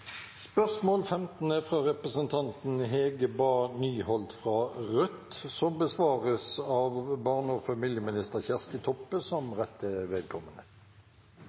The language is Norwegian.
fra representanten Hege Bae Nyholt til kultur- og likestillingsministeren, er overført til barne- og familieminister Kjersti Toppe som rette vedkommende.